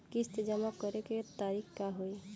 किस्त जमा करे के तारीख का होई?